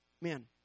man